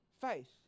faith